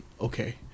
Okay